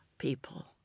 people